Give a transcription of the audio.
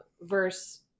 Verse